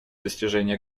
достижение